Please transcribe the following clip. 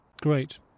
Great